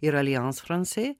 ir allianz francais